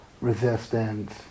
resistance